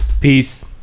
Peace